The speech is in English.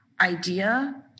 idea